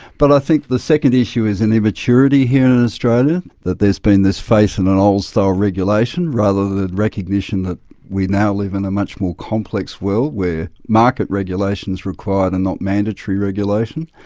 but i think the second issue is an immaturity here in australia, that there's been this faith in an old-style regulation rather than recognition that we now live in a much more complex world where market regulation's required and not mandatory regulation,